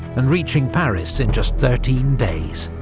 and reaching paris in just thirteen days.